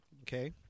Okay